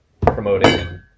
promoting